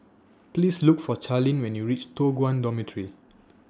Please Look For Charline when YOU REACH Toh Guan Dormitory